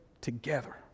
together